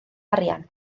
arian